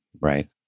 right